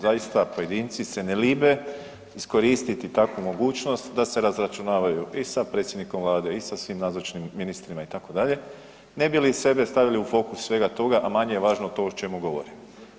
Zaista pojedinci se ne libe iskoristiti takvu mogućnost da se razračunavaju i sa predsjednikom Vlade i sa svim nazočnim ministrima itd. ne bi li sebe stavili u fokus svega toga, a manje je važno to o čemu govori.